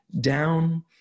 Down